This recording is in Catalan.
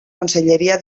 conselleria